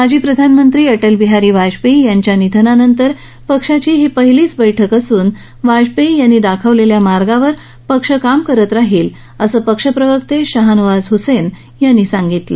माजी प्रधानमंत्री अटलबिहारी वाजपेयी यांच्या निधनानंतर पक्षाची ही पहिलीच बैठक असून वाजपेयी यांनी दाखवलेल्या मार्गावर पक्ष काम करत राहील असं पक्षप्रवक्ते शाहनवाज ह्सेन यांनी सांगितलं